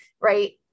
right